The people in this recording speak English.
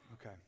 Okay